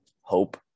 hope